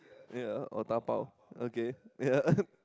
ya or dabao okay ya